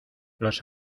los